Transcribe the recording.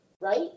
right